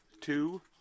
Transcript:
two